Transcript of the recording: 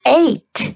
eight